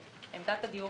עמדת הדיור,